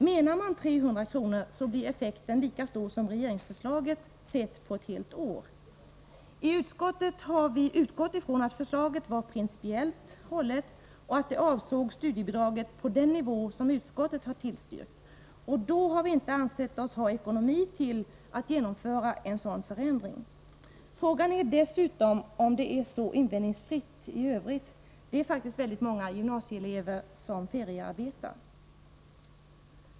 Menar man 300 kr. blir effekten lika stor som regeringsförslaget sett på helår. I utskottet har vi utgått ifrån att förslaget var principiellt hållet och att det avsåg studiebidraget på den nivå utskottet tillstyrkt. Då har vi inte ansett oss ha ekonomiska möjligheter att genomföra en sådan förändring. Frågan är dessutom om det är så invändningsfritt i övrigt. Det är faktiskt många gymnasieelever som feriearbetar.